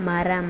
மரம்